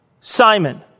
Simon